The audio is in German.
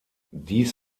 dies